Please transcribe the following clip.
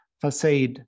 facade